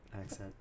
accent